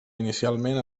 inicialment